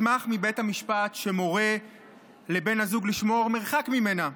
מסמך מבית המשפט שמורה לבן הזוג לשמור מרחק ממנה.